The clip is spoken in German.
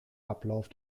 ablauf